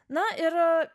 na ir